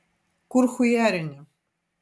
kur chujarini